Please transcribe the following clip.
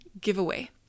giveaway